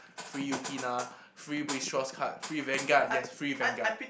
free Yukina free card free Vanguard yes free Vanguard